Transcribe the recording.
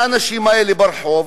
האנשים האלה ברחוב,